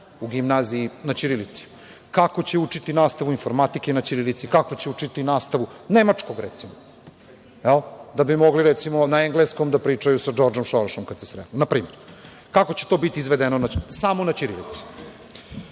u gimnaziji na ćirilici, kako će učiti nastavu informatike na ćirilici, kako će učiti nastavu nemačkog, recimo, da bi mogli, recimo, na engleskom da pričaju sa DŽordžom Sorošom, kad se sretnu, npr. kako će to biti izvedeno samo na ćirilici? Mi